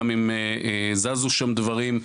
גם אם זזו שם דברים,